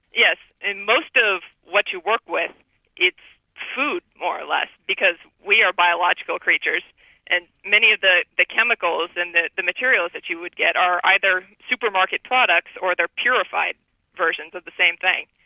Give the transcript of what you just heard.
yes. in most of what you work with it's food, more or less, because we are biological creatures and many of the the chemicals and the the materials that you would get are either supermarket products or they're purified versions of the same thing.